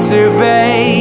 survey